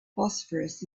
phosphorus